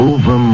Over